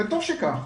וטוב שכך.